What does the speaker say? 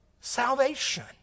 salvation